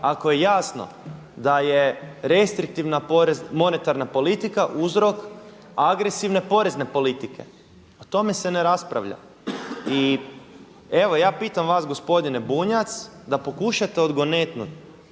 ako je jasno da je restriktivna monetarna politika uzrok agresivne porezne politike, o tome se ne raspravlja. I evo ja pitam vas gospodine Bunjac da pokušate odgonetnuti